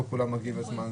לא כולם מגיעים בזמן,